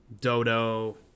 Dodo